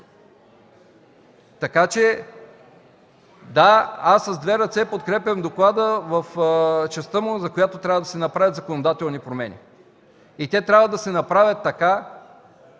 нататък. Да, с две ръце подкрепям доклада в частта му, в която трябва да се направят законодателни промени. Те трябва да се направят така,